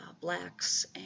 blacks